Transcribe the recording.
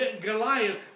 Goliath